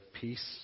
peace